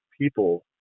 people